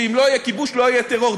ואם לא יהיה כיבוש לא יהיה טרור.